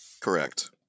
Correct